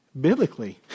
biblically